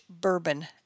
bourbon